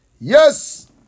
Yes